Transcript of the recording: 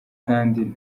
kandi